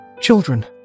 Children